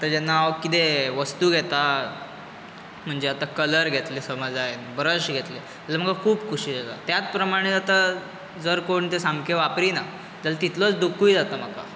आतां जेन्ना हांव कितेंय वस्तू घेता म्हणजे आतां कलर घेतले समज आतां हांवें ब्रश घेतले जाल्यार म्हाका खूब खोशी जाता त्यात प्रमाणें आतां जर कोण तें सामके वाप्रिना जाल्यार तितलोच दुखूय जाता म्हाका